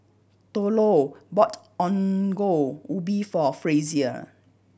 Thurlow bought Ongol Ubi for Frazier